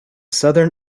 southern